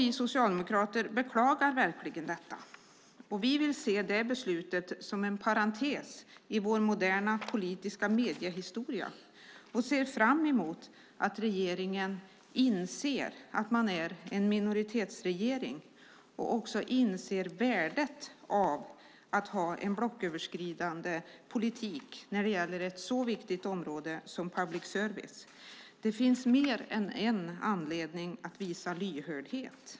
Vi socialdemokrater beklagar verkligen detta. Vi vill se detta beslut som en parentes i vår moderna politiska mediehistoria och ser fram emot att regeringen inser att man är en minoritetsregering och också inser värdet av att ha en blocköverskridande politik när det gäller ett så viktigt område som public service. Det finns mer än en anledning att visa lyhördhet.